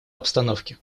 обстановке